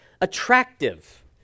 attractive